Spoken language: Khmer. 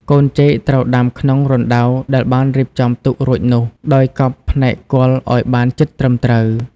កូនចេកត្រូវដាំក្នុងរណ្តៅដែលបានរៀបចំទុករួចនោះ ដោយកប់ផ្នែកគល់ឱ្យបានជិតត្រឹមត្រូវ។